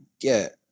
get